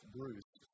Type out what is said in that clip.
Bruce